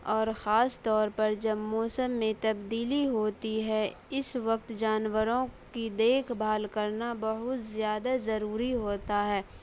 اور خاص طور پر جب موسم میں تبدیلی ہوتی ہے اس وقت جانوروں کی دیکھ بھال کرنا بہت زیادہ ضروری ہوتا ہے